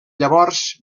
llavors